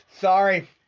Sorry